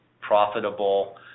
profitable